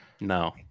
No